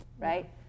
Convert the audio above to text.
right